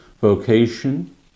vocation